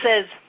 says